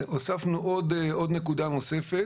הוספנו עוד נקודה לפיה